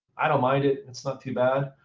i don't mind it. it's not too bad.